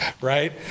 right